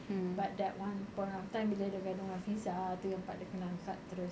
but that one point of time bila dia gaduh dengan fizah tu part yang dia kena angkat terus